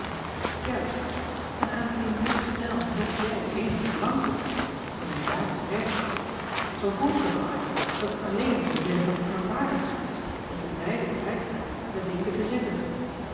uist en aangezien noch nel noch jij eenig belang kunt stellen in een dames werkdoos zoo volgt er wel uit dat het alleen om den wille van de vervaardigster is dat je beiden prijs stelt het ding te bezitten